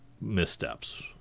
missteps